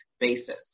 basis